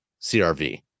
CRV